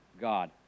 God